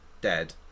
dead